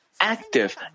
active